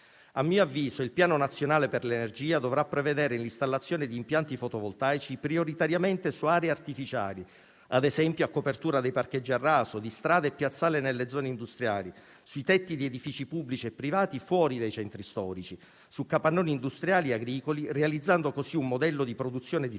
A mio avviso, il Piano nazionale per l'energia dovrà prevedere l'installazione di impianti fotovoltaici prioritariamente su aree artificiali - ad esempio - a copertura dei parcheggi a raso di strade e piazzali nelle zone industriali, sui tetti di edifici pubblici e privati, fuori dai centri storici, su capannoni industriali e agricoli, realizzando così un modello di produzione